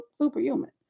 superhuman